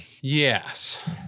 Yes